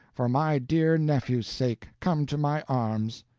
for my dear nephew's sake! come to my arms!